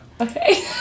Okay